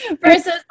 versus